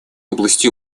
области